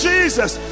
Jesus